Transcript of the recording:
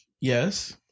Yes